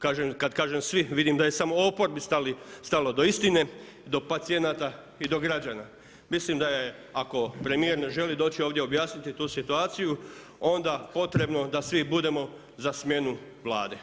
Kad kaže svi, vidim da je samo oporbi stalo do istine, do pacijenata i do građana, mislim da ako premjer ne želi doći ovdje objasniti tu situaciju, onda je potrebno da svi budemo za smjenu Vlade.